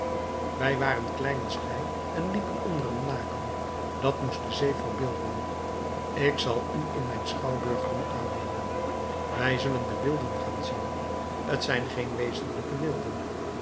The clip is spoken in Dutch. wij waren klein als gij en liepen onder een laken dat moest de zee verbeelden ik zal u in mijn schouwburg doen aannemen wij zullen de wilden gaan zien t zijn geen wezenlijke wilden